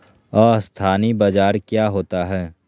अस्थानी बाजार क्या होता है?